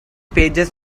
pages